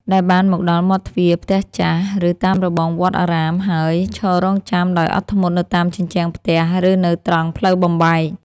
ដែលបានមកដល់មាត់ទ្វារផ្ទះចាស់ ឬតាមរបងវត្តអារាម ហើយឈររង់ចាំដោយអត់ធ្មត់នៅតាមជញ្ជាំងផ្ទះ ឬនៅត្រង់ផ្លូវបំបែក។